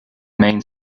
main